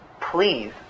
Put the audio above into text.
Please